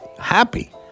happy